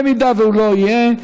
אם הוא לא יהיה,